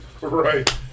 Right